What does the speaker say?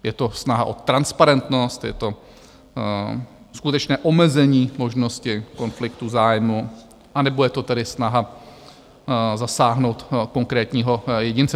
Je to snaha o transparentnost, je to skutečné omezení možnosti konfliktu zájmů, anebo je to tedy snaha zasáhnout konkrétního jedince?